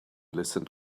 listened